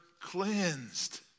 cleansed